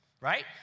right